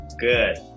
good